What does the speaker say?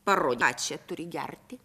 parodyk ką čia turi gerti